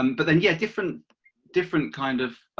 um but then yeah different different kind of